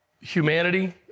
humanity